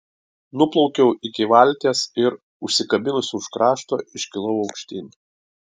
nuplaukiau iki valties ir užsikabinusi už krašto iškilau aukštyn